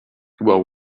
are